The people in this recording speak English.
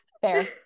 Fair